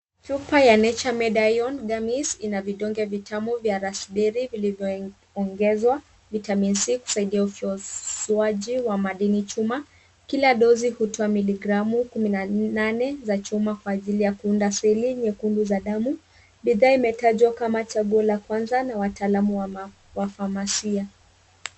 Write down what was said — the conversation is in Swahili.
Chupa ya nature made iron gummies ina vidonge vitamu vya raspberry vilivyoongezwa vitamin C kusaidia ufusuaji wa madini chuma, kila dozi hutwa miligramu kumi na nane za chuma kwa ajili ya kuunda seli nyekundu za damu. Bidhaa imetajwa kama chaguo la kwanza na wataalamu wa farmasia.